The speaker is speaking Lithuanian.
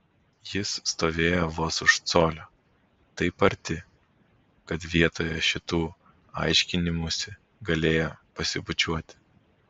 jis stovėjo vos už colio taip arti kad vietoje šitų aiškinimųsi galėjo pasibučiuoti